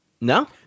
no